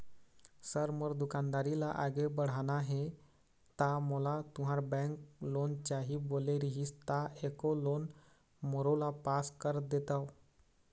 Sir मोर दुकानदारी ला आगे बढ़ाना हे ता मोला तुंहर बैंक लोन चाही बोले रीहिस ता एको लोन मोरोला पास कर देतव?